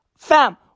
Fam